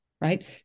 right